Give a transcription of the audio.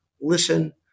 listen